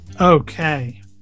Okay